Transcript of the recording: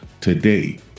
today